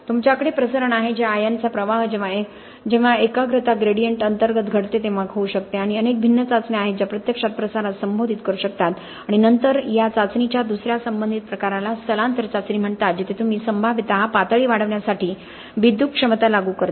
तुमच्याकडे प्रसरण आहे जे आयनचा प्रवाह जेव्हा एकाग्रता ग्रेडियंट अंतर्गत घडते तेव्हा होऊ शकते आणि अनेक भिन्न चाचण्या आहेत ज्या प्रत्यक्षात प्रसारास संबोधित करू शकतात आणि नंतर या चाचणीच्या दुसर्या संबंधित प्रकाराला स्थलांतर चाचणी म्हणतात जिथे तुम्ही संभाव्यतः पातळी वाढवण्यासाठी विद्युत क्षमता लागू करता